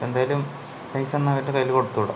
എന്തായാലും പൈസ എന്നാൽ അവരുടെ കയ്യിൽ കൊടുത്ത് വിടാം